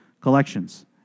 collections